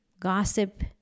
Gossip